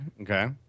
Okay